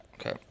Okay